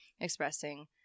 expressing